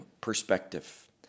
perspective